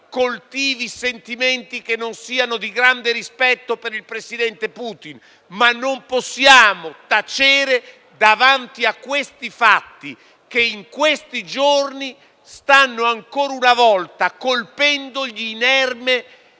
coltivi sentimenti che non siano di grande rispetto per il presidente Putin, ma non possiamo tacere davanti a questi fatti, che in questi giorni stanno ancora una volta colpendo l'inerme